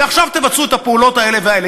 ועכשיו תבצעו את הפעולות האלה והאלה,